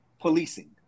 policing